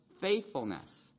faithfulness